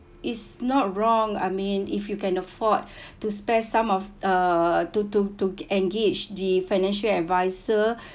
it's not wrong I mean if you can afford to spare some of uh to to to engage the financial adviser